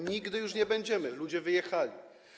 Nigdy już nie będziemy, ludzie wyjechali.